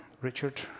Richard